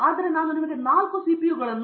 ಆದರೆ ನಾನು ನಿಮಗೆ 4 CPU ಗಳನ್ನು 2